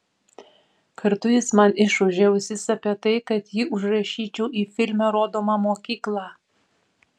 kartu jis man išūžė ausis apie tai kad jį užrašyčiau į filme rodomą mokyklą